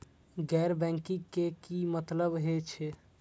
गैर बैंकिंग के की मतलब हे छे?